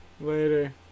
Later